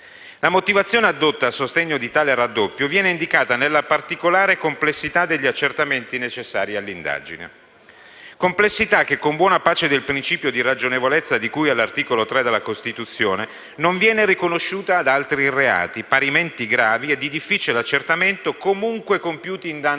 La motivazione addotta a sostegno di tale raddoppio viene indicata nella particolare complessità degli accertamenti necessari alle indagini. Tale complessità, con buona pace del principio di ragionevolezza, di cui all'articolo 3 della Costituzione, non viene riconosciuta ad altri reati, parimenti gravi e di difficile accertamento, comunque compiuti in danno